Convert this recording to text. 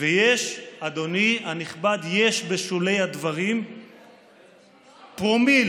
ואדוני הנכבד, יש בשולי הדברים פרומיל,